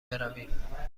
برویم